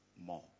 more